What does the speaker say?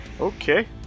Okay